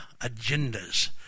agendas